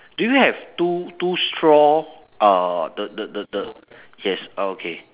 do you have two two straw uh the the the the yes orh okay